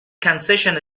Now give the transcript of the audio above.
concession